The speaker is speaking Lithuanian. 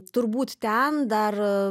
turbūt ten dar